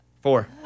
Four